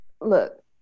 look